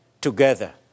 together